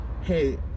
hey